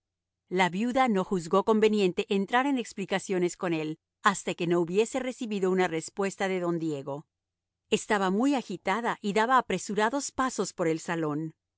la viuda no juzgó conveniente entrar en explicaciones con él hasta que no hubiese recibido una respuesta de don diego estaba muy agitada y daba apresurados pasos por el salón